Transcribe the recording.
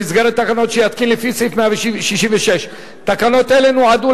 במסגרת תקנות שיתקין לפי סעיף 166. תקנות אלה נועדו